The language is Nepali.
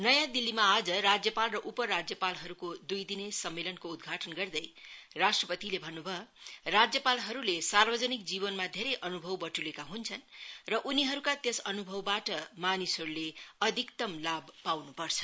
नयाँ दिल्लीमा आज राज्यपाल र उपराज्यपालको दुई दिने सम्मेलनको उद्घाटन गर्दै राष्ट्रपतिले भन्नुभयो राज्यपालहरूले सार्वजनिक जीवनमा धेरै भनुभाव बट्लेका हुन्छन् र उनीहरूका त्यस अनुभावबाट मानिसहरूले अधिकतम लाम पाउनुपर्छ